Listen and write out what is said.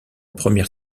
première